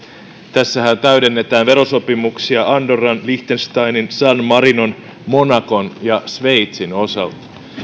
tässähän täydennetään verosopimuksia andorran liechtensteinin san marinon monacon ja sveitsin osalta